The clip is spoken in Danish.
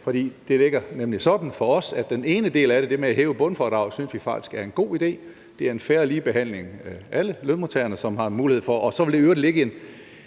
for det ligger nemlig sådan for os, at den ene del af det – det med at hæve bundfradraget – synes vi faktisk er en god idé, for det er en fair og lige behandling af alle lønmodtagere, som har en mulighed for det, og så ligger der i øvrigt også et